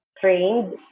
trained